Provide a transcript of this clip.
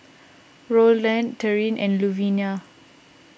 Rolland Tyrin and Luvinia